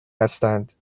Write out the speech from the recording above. هستند